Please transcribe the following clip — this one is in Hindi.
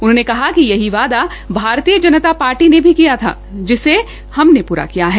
उन्होंने कहा कि यही वादा भारतीय जनता पार्टी ने भी किया था जिसे हमने पूरा किया है